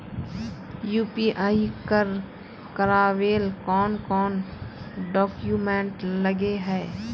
UPI कर करावेल कौन कौन डॉक्यूमेंट लगे है?